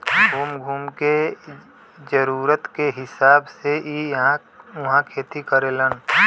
घूम घूम के जरूरत के हिसाब से इ इहां उहाँ खेती करेलन